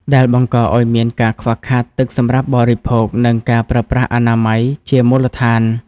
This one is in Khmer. ដែលបង្កឱ្យមានការខ្វះខាតទឹកសម្រាប់បរិភោគ និងការប្រើប្រាស់អនាម័យជាមូលដ្ឋាន។